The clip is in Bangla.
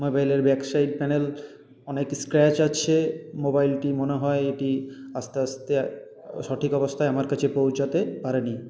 মোবাইলের ব্যাকসাইড প্যানেল অনেক স্ক্র্যাচ আছে মোবাইলটি মনে হয় এটি আসতে আসতে সঠিক অবস্থায় আমার কাছে পৌঁছাতে পারেনি